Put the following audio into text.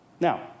Now